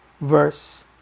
verse